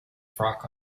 frock